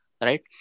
right